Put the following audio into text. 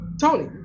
Tony